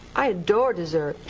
i adore dessert.